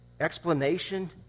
Explanation